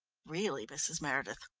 really, mrs. meredith,